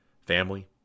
Family